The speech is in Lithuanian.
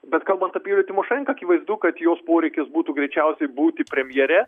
bet kalbant apie tymošenką akivaizdu kad jos poreikis būtų greičiausiai būti premjere